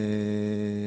קיים.